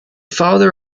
father